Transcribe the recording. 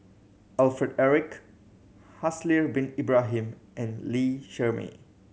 Alfred Eric Haslir Bin Ibrahim and Lee Shermay